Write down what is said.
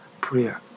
prayer